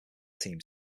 team